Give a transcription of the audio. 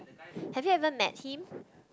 have you ever met him